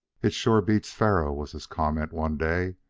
it sure beats faro, was his comment one day,